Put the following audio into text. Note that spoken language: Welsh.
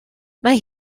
mae